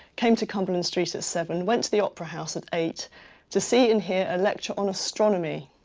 came to cumberland street at seven. went to the opera house at eight to see and hear a lecture on astronomy.